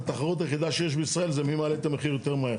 התחרות היחידה שיש בישראל זה מי מעלה את המחיר יותר מהר.